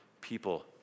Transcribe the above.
people